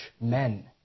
men